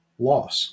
loss